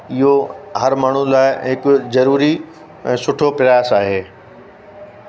इहो हरु माण्हू लाइ हिकु ज़रूरी सुठो प्रयास आहे